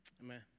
Amen